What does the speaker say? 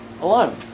alone